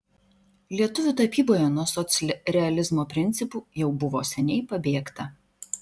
lietuvių tapyboje nuo socrealizmo principų jau buvo seniai pabėgta